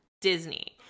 Disney